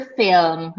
film